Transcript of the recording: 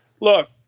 Look